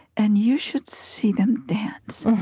and you should see them dance.